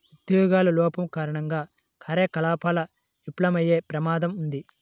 ఉద్యోగుల లోపం కారణంగా కార్యకలాపాలు విఫలమయ్యే ప్రమాదం ఉంది